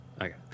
Okay